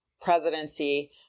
presidency